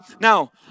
Now